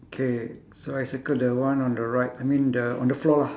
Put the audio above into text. K so I circle the one on the right I mean the on the floor lah